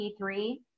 P3